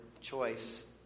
choice